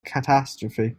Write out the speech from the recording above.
catastrophe